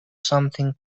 something